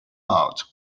out